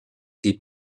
est